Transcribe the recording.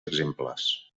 exemples